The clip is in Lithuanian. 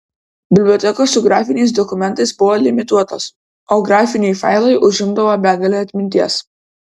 bibliotekos su grafiniais dokumentais buvo limituotos o grafiniai failai užimdavo begalę atminties